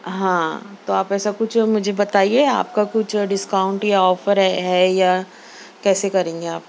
ہاں تو آپ ایسا کچھ مجھے بتائیے آپ کا کچھ ڈسکاؤنٹ یا آفر ہے ہے یا کیسے کریں گے آپ